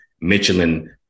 Michelin